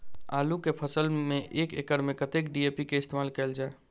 आलु केँ फसल मे एक एकड़ मे कतेक डी.ए.पी केँ इस्तेमाल कैल जाए?